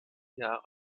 jahre